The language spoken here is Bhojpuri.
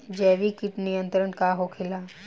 जैविक कीट नियंत्रण का होखेला?